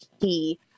key